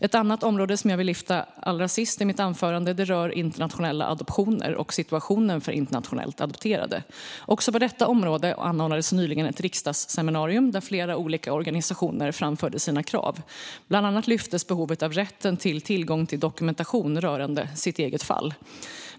Ett annat område jag vill lyfta allra sist i mitt anförande rör internationella adoptioner och situationen för internationellt adopterade. Också på detta område anordnades nyligen ett riksdagsseminarium där flera olika organisationer framförde sina krav. Bland annat lyftes behovet av rätten till tillgång till dokumentation rörande det egna fallet.